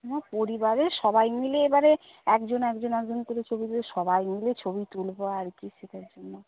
না পরিবারের সবাই মিলে এবারে একজন একজন একজন করে ছবি সবাই মিলে ছবি তুলব আর কি সেটার জন্য